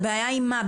הבעיה היא מה,